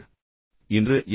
எனவே இன்று எம்